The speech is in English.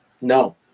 No